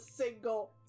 Single